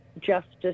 justice